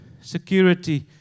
security